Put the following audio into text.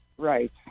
Right